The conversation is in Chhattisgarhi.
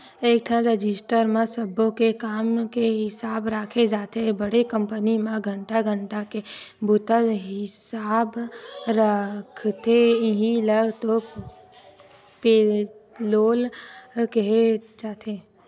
एकठन रजिस्टर म सब्बो के काम के हिसाब राखे जाथे बड़े कंपनी म घंटा घंटा के बूता हिसाब राखथे इहीं ल तो पेलोल केहे जाथे